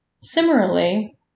Similarly